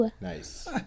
nice